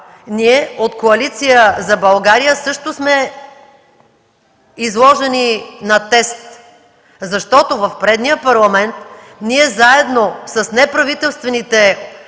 Ние от „Коалиция за България“ също сме изложени на тест, защото в предния Парламент ние заедно с неправителствените